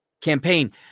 campaign